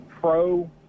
Pro